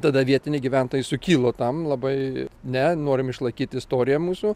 tada vietiniai gyventojai sukilo tam labai ne norim išlaikyt istoriją mūsų